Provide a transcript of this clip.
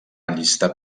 allistar